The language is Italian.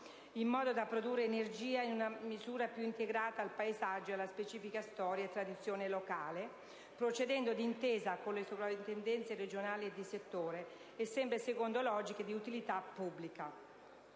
in modo da produrre energia in una misura più integrata al paesaggio ed alla specifica storia e tradizione locale, procedendo d'intesa con le soprintendenze regionali e di settore e sempre secondo logiche di utilità pubblica.